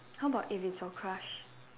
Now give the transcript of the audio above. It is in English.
how about if it's your crush